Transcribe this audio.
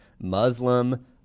Muslim